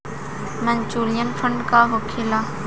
Mutual fund का होखेला?